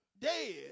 dead